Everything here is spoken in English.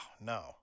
no